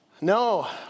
no